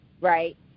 Right